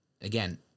again